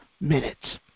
minutes